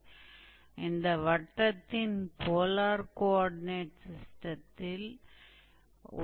तो हम लिख सकते हैं 𝑥 𝑐𝑜𝑠𝑡 और y 𝑠𝑖𝑛𝑡 या पोलर कॉओर्डिनेट सिस्टम